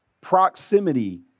proximity